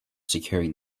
securing